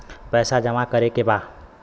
पैसा जमा करे के बा?